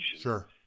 Sure